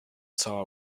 saw